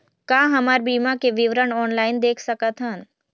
का हमर बीमा के विवरण ऑनलाइन देख सकथन?